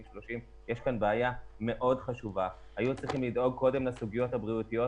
30. היו צריכים לדאוג קודם כל לסוגיות הבריאותיות,